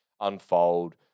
unfold